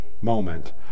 moment